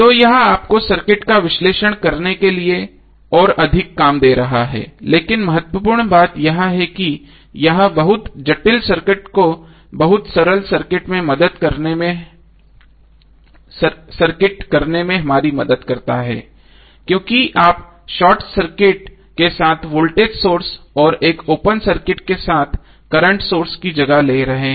तो यह आपको सर्किट का विश्लेषण करने के लिए और अधिक काम दे रहा है लेकिन महत्वपूर्ण बात यह है कि यह बहुत जटिल सर्किट को बहुत सरल सर्किट करने में हमारी मदद करता है क्योंकि आप शॉर्ट सर्किट के साथ वोल्टेज सोर्स और एक ओपन सर्किट के साथ करंट सोर्स की जगह ले रहे हैं